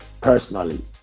personally